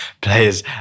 players